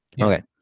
Okay